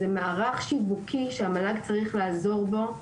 זה מערך שיווקי שהמל"ג צריך לעזור בו.